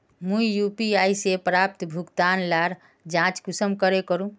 मुई यु.पी.आई से प्राप्त भुगतान लार जाँच कुंसम करे करूम?